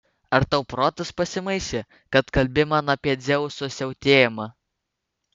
ar tau protas pasimaišė kad kalbi man apie dzeuso siautėjimą